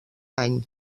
any